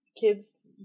kids